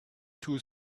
two